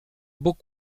bóg